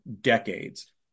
decades